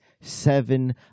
seven